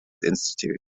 institute